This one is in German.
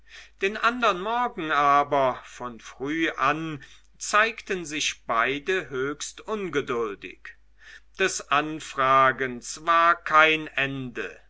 den andern morgen aber von früh an zeigten sich beide höchst ungeduldig des anfragens war kein ende